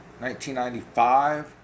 1995